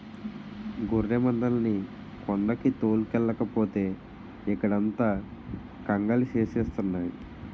గొర్రెమందల్ని కొండకి తోలుకెల్లకపోతే ఇక్కడంత కంగాలి సేస్తున్నాయి